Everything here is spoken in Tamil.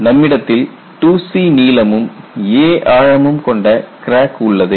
நம்மிடத்தில் 2c நீளமும் a ஆழமும் கொண்ட கிராக் உள்ளது